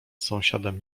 sąsiadem